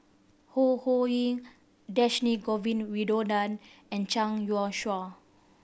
Ho Ho Ying Dhershini Govin Winodan and Zhang Youshuo